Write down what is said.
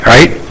Right